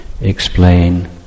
explain